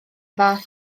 fath